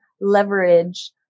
leverage